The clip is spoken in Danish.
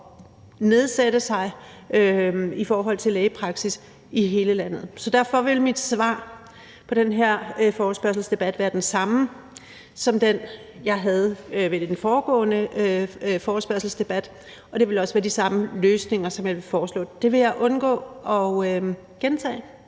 nedsætte sig i en lægepraksis i hele landet. Så derfor vil mit svar på den her forespørgselsdebat være det samme som det, jeg gav ved den foregående forespørgselsdebat, og det vil også være de samme løsninger, som jeg vil foreslå. Dem vil jeg undgå at gentage,